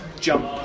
jump